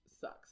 sucks